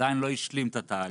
עדיין לא השלים את התהליך,